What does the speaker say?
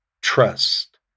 trust